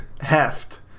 Heft